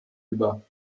über